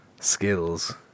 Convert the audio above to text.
skills